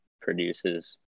produces